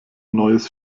neues